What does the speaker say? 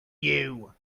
you